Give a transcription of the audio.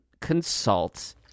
consult